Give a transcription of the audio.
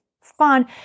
fun